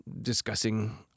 discussing